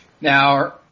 Now